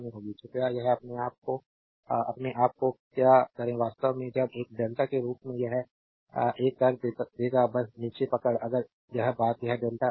कृपया यह अपने आप को अपने आप के क्या करें वास्तव में जब एक डेल्टा के रूप में यह एक कर देगा बस नीचे पकड़ अगर यह बात यह डेल्टा पता है